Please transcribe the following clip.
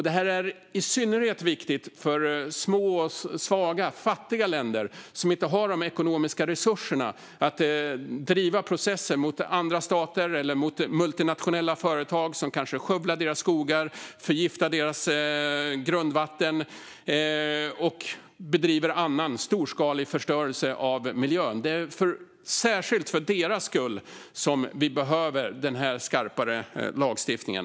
Det här är i synnerhet viktigt för små, svaga och fattiga länder som inte har de ekonomiska resurserna att driva processer mot andra stater eller multinationella företag som skövlar deras skogar, förgiftar deras grundvatten och bedriver annan storskalig förstörelse av miljön. Det är särskilt för deras skull som vi behöver den skarpare lagstiftningen.